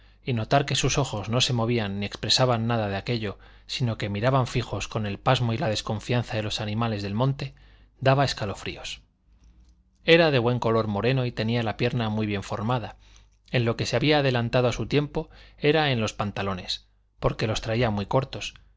y notar que sus ojos no se movían ni expresaban nada de aquello sino que miraban fijos con el pasmo y la desconfianza de los animales del monte daba escalofríos era de buen color moreno y tenía la pierna muy bien formada en lo que se había adelantado a su tiempo era en los pantalones porque los traía muy cortos